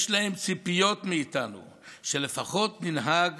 יש להם ציפיות מאיתנו שלפחות ננהג